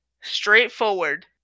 straightforward